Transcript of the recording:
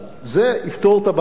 זה יפתור את הבעיה.